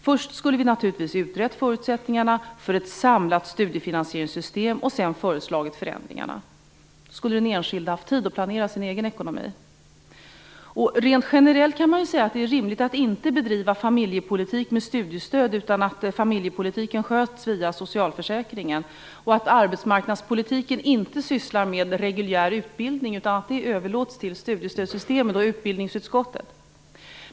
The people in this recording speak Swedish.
Först skulle vi naturligtvis ha utrett förutsättningarna för ett samlat studiefinansieringssystem och sedan föreslagit förändringarna. Den enskilde skulle då haft tid att planera sin egen ekonomi. Rent generellt kan sägas att det är rimligt att inte bedriva familjepolitik med studiestöd utan att familjepolitiken sköts via socialförsäkringen, och att arbetsmarknadspolitiken inte sysslar med reguljär utbildning utan att det överlåts till studiestödssystemet och utbildningsutskottet.